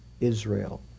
Israel